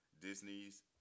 Disney's